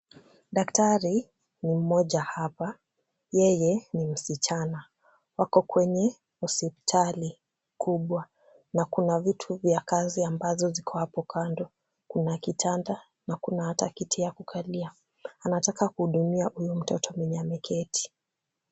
Daktari ni mmoja hapa, yeye ni msichana ,wako kwenye hospitali kubwa na kuna vitu vya kazi ambazo ziko hapo kando ,kuna kitanda na Kuna ata kiti ya kukalia, anataka kuhudumia huyu mtoto mwenye ameketi .